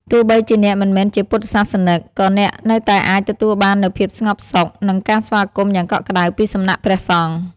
ទោះបីជាអ្នកមិនមែនជាពុទ្ធសាសនិក ក៏អ្នកនៅតែអាចទទួលបាននូវភាពស្ងប់សុខ និងការស្វាគមន៍យ៉ាងកក់ក្តៅពីសំណាក់ព្រះសង្ឃ។